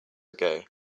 ago